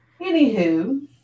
Anywho